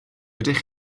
ydych